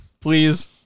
Please